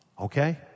okay